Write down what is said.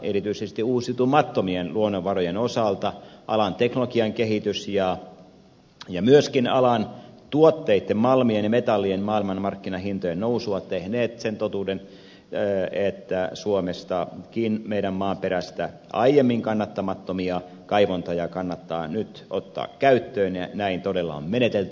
erityisesti uusiutumattomien luonnonvarojen osalta alan teknologian kehitys ja myöskin alan tuotteitten malmien ja metallien maailmanmarkkinahintojen nousu ovat tehneet sen totuuden että suomestakin meidän maaperästä aiemmin kannattamattomia kaivantoja kannattaa nyt ottaa käyttöön ja näin todella on menetelty